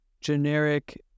generic